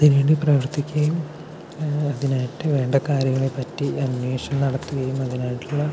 ഇതിനു വേണ്ടി പ്രവർത്തിക്കുകയും ഇതിനായിട്ട് വേണ്ട കാര്യങ്ങളെപ്പറ്റി അന്വേഷണം നടത്തുകയും അതിനായിട്ടുള്ള